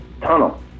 tunnel